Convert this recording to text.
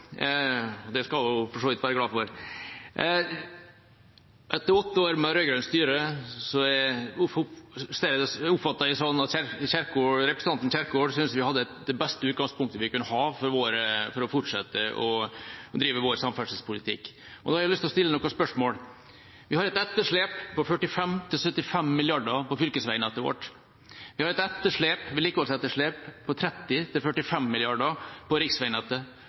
– det skal hun for så vidt være glad for. Etter åtte år med rød-grønt styre oppfatter jeg det sånn at representanten Kjerkol synes vi hadde det beste utgangspunktet vi kunne ha for å fortsette å drive vår samferdselspolitikk. Jeg har lyst til å stille et spørsmål: Vi har et vedlikeholdsetterslep på 45–75 mrd. kr på fylkesveinettet vårt, vi har et etterslep på 30–45 mrd. kr på riksveinettet, og vi har et etterslep på rundt 17 mrd. kr på